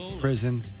Prison